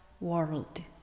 world